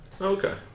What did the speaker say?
okay